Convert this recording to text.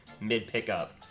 mid-pickup